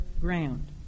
ground